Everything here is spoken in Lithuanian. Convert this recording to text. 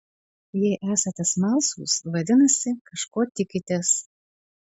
jei esate smalsūs vadinasi kažko tikitės